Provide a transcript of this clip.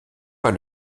pas